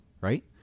right